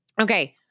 Okay